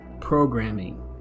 programming